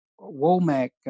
Womack